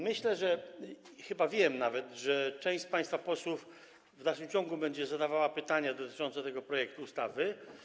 Myślę, chyba wiem nawet, że część z państwa posłów w dalszym ciągu będzie zadawała pytania dotyczące tego projektu ustawy.